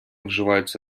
вживають